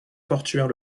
portuaires